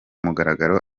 mugaragaro